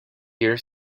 year